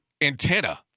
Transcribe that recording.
antenna